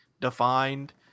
defined